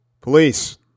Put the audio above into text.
Police